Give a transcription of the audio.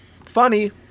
funny